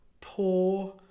poor